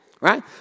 right